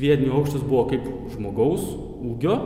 vien jų aukštis buvo kaip žmogaus ūgio